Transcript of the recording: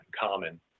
common